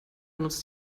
nutzt